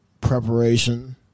preparation